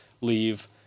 leave